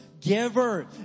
Giver